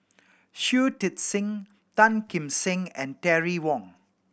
Shui Tit Sing Tan Kim Seng and Terry Wong